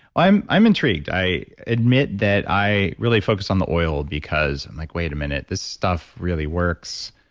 i'm i'm intrigued. i admit that i really focused on the oil because i'm like, wait a minute, this stuff really works